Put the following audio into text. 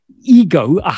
Ego